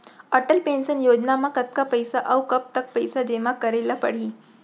Atal pension योजना म कतका पइसा, अऊ कब तक पइसा जेमा करे ल परही?